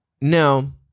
Now